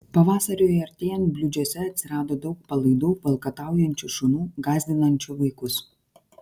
pavasariui artėjant bliūdžiuose atsirado daug palaidų valkataujančių šunų gąsdinančių vaikus